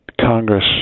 Congress